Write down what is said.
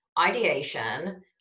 ideation